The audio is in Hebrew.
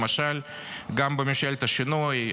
למשל גם בממשלת השינוי,